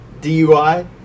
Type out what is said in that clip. DUI